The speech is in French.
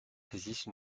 saisissent